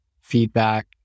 feedback